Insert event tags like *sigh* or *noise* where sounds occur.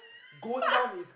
*laughs*